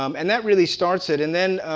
um and that really starts it. and then,